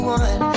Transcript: one